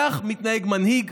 כך מתנהג מנהיג.